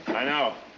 i know.